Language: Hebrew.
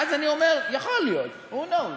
ואז אני אומר: יכול להיות, who knows,